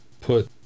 put